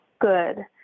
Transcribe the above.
good